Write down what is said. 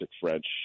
french